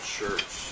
church